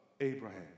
Abraham